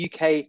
UK